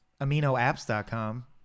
AminoApps.com